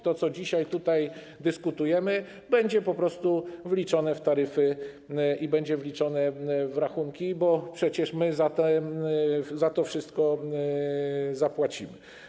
To, o czym dzisiaj tutaj dyskutujemy, będzie po prostu wliczone w taryfy i będzie wliczone w rachunki, bo przecież my za to wszystko zapłacimy.